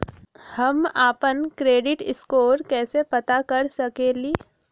हम अपन credit score कैसे पता कर सकेली?